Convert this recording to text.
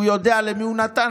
שהוא יודע למי הוא נתן,